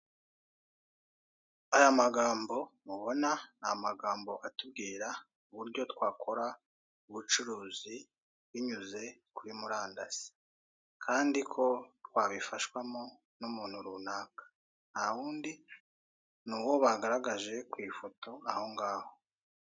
Aya magambo mubona ni amagambo atubwira uburyo twakora ubucuruzi binyuze kuri murandasi, kandi ko twabifashwamo n'umuntu runaka. Nta wundi ni uwo bagaragaje ku ifoto aho ngaho.